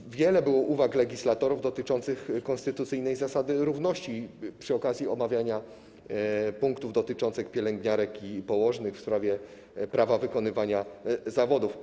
Było wiele uwag legislatorów dotyczących konstytucyjnej zasady równości przy okazji omawiania punktów dotyczących pielęgniarek i położnych w kontekście prawa wykonywania zawodu.